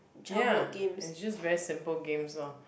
ya is just very simple games orh